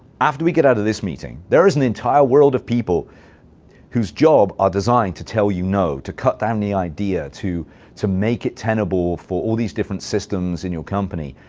after we get out of this meeting, there is an entire world of people whose job are designed to tell you no, to cut down um the idea, to to make it tenable for all these different systems in your company,